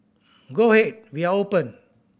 go ahead we are open